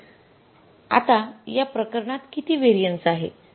तर आता या प्रकारात किती व्हेरिएन्स आहे